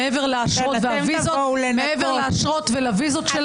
מעבר לאשרות ולוויזות --- אתם תבואו לנקות.